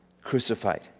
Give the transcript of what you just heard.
crucified